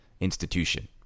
institution